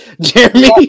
Jeremy